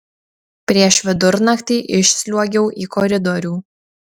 prieš vidurnaktį išsliuogiau į koridorių